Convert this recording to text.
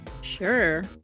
Sure